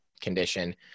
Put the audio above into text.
condition